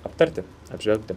aptarti apžvelgti